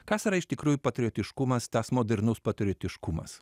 kas yra iš tikrųjų patriotiškumas tas modernus patriotiškumas